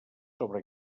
sobre